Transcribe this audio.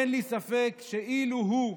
אין לי ספק שאילו הוא,